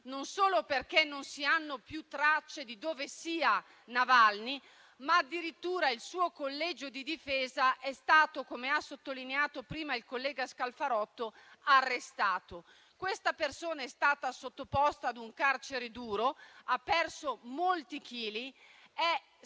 non solo perché non si hanno più tracce di dove sia Navalny, ma perché addirittura il suo collegio di difesa - come ha sottolineato prima il collega Scalfarotto - è stato arrestato. Questa persona è stata sottoposta ad un carcere duro e ha perso molti chili. È